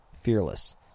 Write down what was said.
fearless